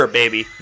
baby